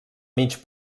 mig